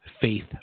faith